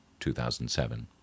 2007